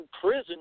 prison –